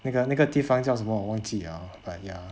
那个那个地方叫什么我忘记 liao but ya